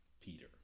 Peter